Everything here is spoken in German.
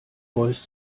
voice